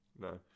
No